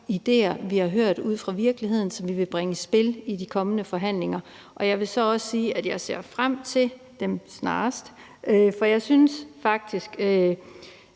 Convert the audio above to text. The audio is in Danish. idéer, vi har hørt ude fra virkeligheden, og som vi vil bringe i spil i de kommende forhandlinger, og jeg vil så også sige, at jeg ser frem til dem snarest. For jeg synes faktisk,